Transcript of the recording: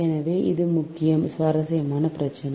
எனவே இது மிகவும் சுவாரஸ்யமான பிரச்சனை